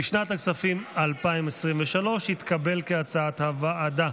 לשנת הכספים 2023, כהצעת הוועדה,